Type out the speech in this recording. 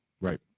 Right